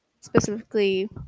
Specifically